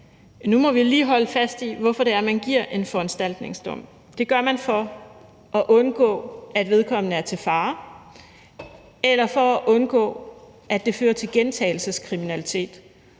Nu må vi lige holde fast i, hvorfor det er, man giver en foranstaltningsdom. Det gør man for at undgå, at vedkommende er til fare, eller for at undgå, at det fører til gentagelseskriminalitet